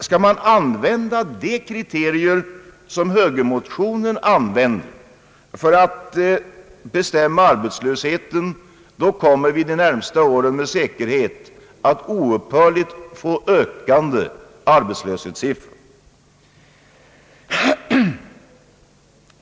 Skall man använda högermotionens kriterier för att bestämma arbetslösheten kommer vi de närmaste åren med säkerhet att oupphörligt få ökande arbetslöshetssiffror.